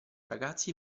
ragazzi